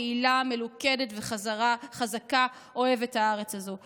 הקהילה המלוכדת והחזקה ואוהבת הארץ הזו.